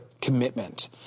commitment